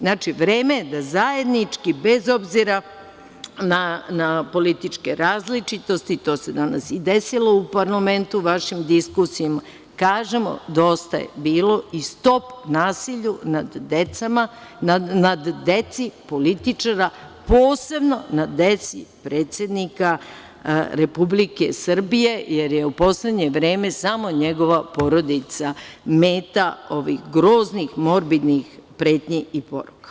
Znači, vreme je da zajednički, bez obzira na političke različitosti, to se danas i desilo u parlamentu, vašim diskusijama, kažemo – dosta je bilo i stop nasilju nad decom političara, posebno na deci predsednika Republike Srbije, jer je u poslednje vreme samo njegova porodica meta ovih groznih, morbidnih pretnji i poruka.